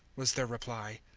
was their reply.